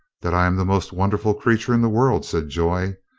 that i am the most wonderful creature in the world, said joy.